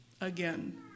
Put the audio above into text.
Again